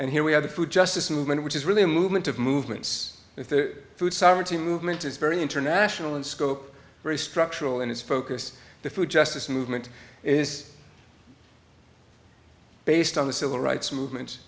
and here we have the food justice movement which is really a movement of movements with the food sovereignty movement is very international in scope very structural in its focus the food justice movement is based on the civil rights movement